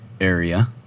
area